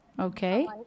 okay